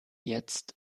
jetzt